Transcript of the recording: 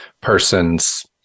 person's